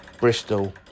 Bristol